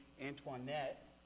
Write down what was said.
Antoinette